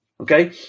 okay